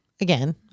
again